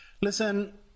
listen